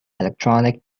electronic